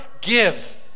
give